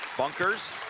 bunkers.